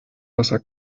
wasser